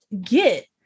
get